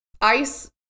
Ice